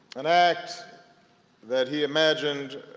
an act that he imagined